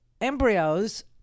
embryos